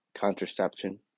contraception